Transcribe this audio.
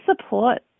support